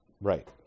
right